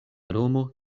romo